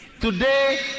Today